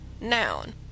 Noun